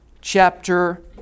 chapter